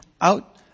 out